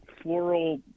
floral